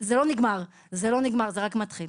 זה לא נגמר, זה רק מתחיל.